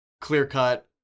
clear-cut